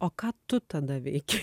o ką tu tada veikei